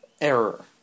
Error